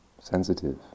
sensitive